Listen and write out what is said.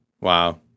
wow